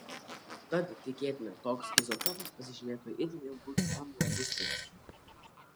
tad tikėtina toks izotopas pasižymėtų itin ilgu gyvavimo pusperiodžiu